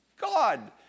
God